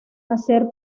hacer